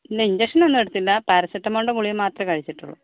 ഇല്ലാ ഇഞ്ചക്ഷനൊന്നും എടുത്തില്ല പാരസിറ്റാമോളിൻ്റെ ഗുളിക മാത്രമെ കഴിച്ചിട്ടുള്ളൂ